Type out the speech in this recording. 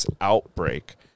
outbreak